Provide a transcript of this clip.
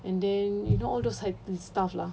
and then you know all those healthy stuff lah